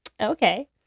okay